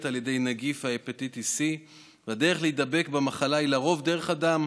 על ידי נגיף ההפטיטיס C. הדרך להידבק במחלה היא לרוב דרך הדם,